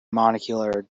monocular